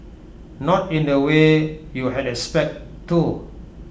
not in the way you had expect though